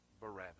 Barabbas